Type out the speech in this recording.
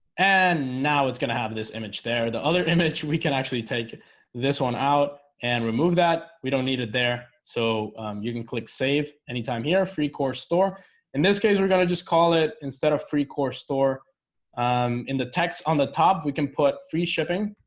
and now it's gonna have this image there the other image we can actually take this one out and remove that we don't need it there. so you can click save anytime here a free course tour in this case we're going to just call it instead of free course tour in the text on the top we can put free shipping